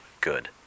good